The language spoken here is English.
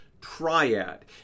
triad